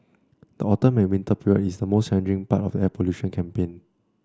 the autumn and winter period is the most challenging part of the air pollution campaign